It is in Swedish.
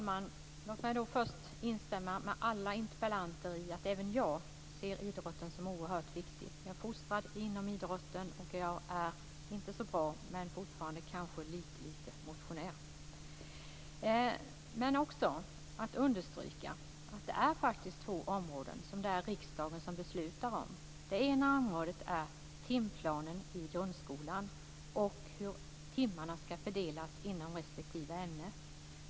Fru talman! Låt mig först instämma med alla debattörer här och säga att även jag ser idrotten som oerhört viktig. Jag är fostrad inom idrotten och är kanske inte så bra men ändå fortfarande lite, lite motionär. Men jag vill också understryka att det faktiskt är två områden som riksdagen beslutar om. Det ena området är timplanen i grundskolan och hur timmarna ska fördelas inom respektive ämne.